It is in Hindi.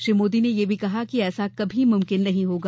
श्री मोदी ने यह भी कहा कि ऐसा कभी मुमकिन नहीं होगा